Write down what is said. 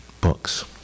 books